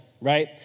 right